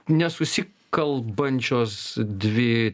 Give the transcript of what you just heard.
nesusikalbančios dvi